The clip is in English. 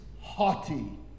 haughty